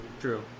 True